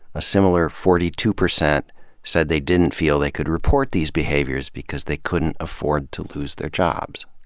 a similar forty two percent said they didn't feel they could report these behaviors because they couldn't afford to lose their jobs.